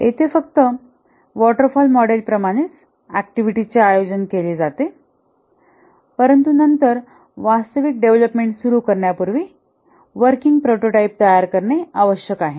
येथे फक्त waterfall model प्रमाणेच ऍक्टिव्हिटी चे आयोजन केले जाते परंतु नंतर वास्तविक डेव्हलपमेंट सुरू करण्यापूर्वी वर्किंग प्रोटोटाइप तयार करणे आवश्यक आहे